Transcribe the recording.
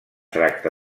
tracta